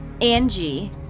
Angie